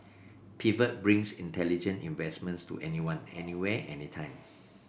pivot brings intelligent investments to anyone anywhere anytime